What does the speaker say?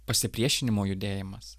pasipriešinimo judėjimas